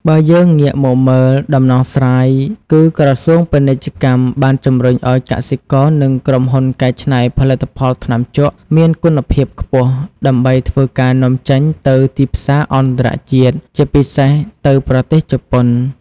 បើយើងងាកមកមើលដំណោះស្រាយគឺ ក្រសួងពាណិជ្ជកម្មបានជំរុញឲ្យកសិករនិងក្រុមហ៊ុនកែច្នៃផលិតផលថ្នាំជក់មានគុណភាពខ្ពស់ដើម្បីធ្វើការនាំចេញទៅទីផ្សារអន្តរជាតិ ជាពិសេសទៅប្រទេសជប៉ុន។